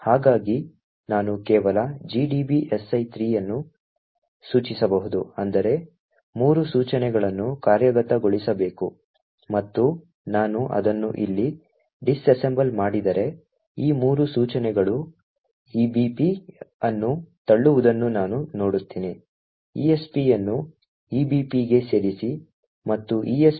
ಹಾಗಾಗಿ ನಾನು ಕೇವಲ gdb si 3 ಅನ್ನು ಸೂಚಿಸಬಹುದು ಅಂದರೆ 3 ಸೂಚನೆಗಳನ್ನು ಕಾರ್ಯಗತಗೊಳಿಸಬೇಕು ಮತ್ತು ನಾನು ಅದನ್ನು ಇಲ್ಲಿ ಡಿಸ್ಅಸೆಂಬಲ್ ಮಾಡಿದರೆ ಈ 3 ಸೂಚನೆಗಳು ebp ಅನ್ನು ತಳ್ಳುವುದನ್ನು ನಾನು ನೋಡುತ್ತೇನೆ esp ಅನ್ನು ebp ಗೆ ಸರಿಸಿ ಮತ್ತು esp ನಿಂದ 16 ಅನ್ನು ಕಳೆಯಿರಿ